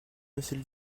monsieur